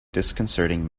disconcerting